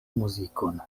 muzikon